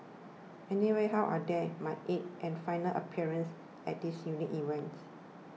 anyway how are my eighth and final appearance at this unique event